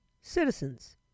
citizens